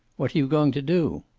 what are you going to do?